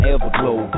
Everglow